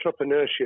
entrepreneurship